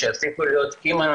או שיפסיקו להיות אמא,